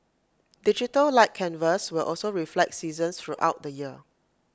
digital light canvas will also reflect seasons throughout the year